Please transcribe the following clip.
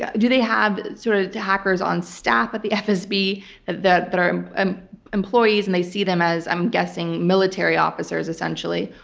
yeah do they have sort of the hackers on staff at the fsb that but are employees and they see them as, i'm guessing military officers essentially?